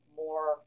more